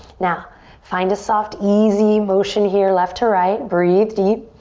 now find a soft, easy motion here, left to right. breathe deep.